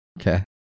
Okay